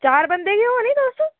चार बंदे गै ओ निं तुस